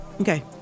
Okay